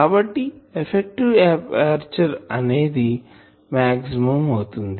కాబట్టి effective aperture అనేది maximum అవుతుంది